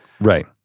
Right